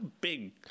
big